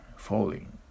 falling